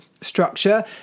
structure